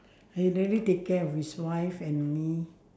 he really take care of his wife and me